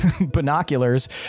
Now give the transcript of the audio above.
binoculars